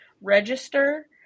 register